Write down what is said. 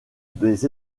des